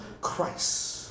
Christ